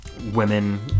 women